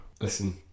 Listen